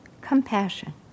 compassion